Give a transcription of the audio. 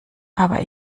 aber